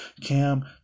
Cam